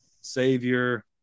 Savior